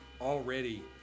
already